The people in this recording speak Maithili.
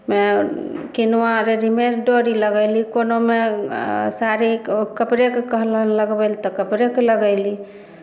मे किनुआ रेडीमेड डोरी लगयली कोनोमे साड़ीके कपड़ेके कहलक लगबै लए तऽ कपड़ेके लगयली